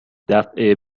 دفعه